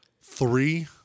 Three